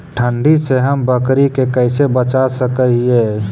ठंडी से हम बकरी के कैसे बचा सक हिय?